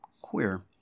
Queer